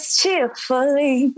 cheerfully